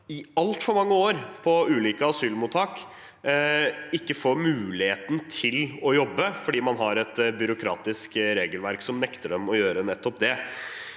i altfor mange år på ulike asylmottak ikke får muligheten til å jobbe fordi man har et byråkratisk regelverk som nekter dem å gjøre nettopp det.